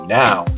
now